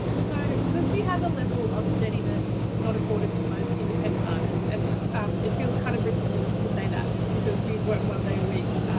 so, because we have a level of steadiness not afforded to most independent artists and it fells kind of ridiculous to say that because we work one day a week,